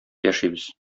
яшибез